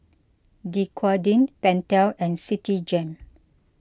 Dequadin Pentel and Citigem